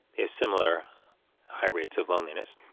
they have similar high rates of loneliness.